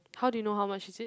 how do you know how much is it